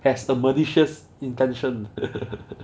has the malicious intention